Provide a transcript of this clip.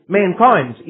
mankind